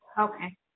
Okay